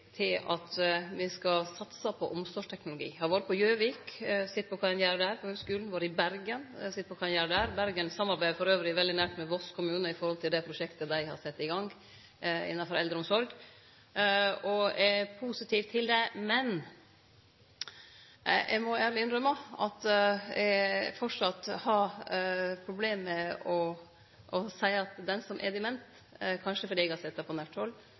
til at me skal satse på omsorgsteknologi. Eg har vore på Gjøvik og sett på kva dei gjer der. Eg skulle ha vore i Bergen og sett på kva dei gjer der. Bergen samarbeider elles veldig nært med Voss kommune når det gjeld det prosjektet dei har sett i gang innafor eldreomsorg, og eg er positiv til det. Men eg må ærleg innrømme at eg framleis har problem med å seie at dei som er demente – kanskje fordi eg har sett det på nært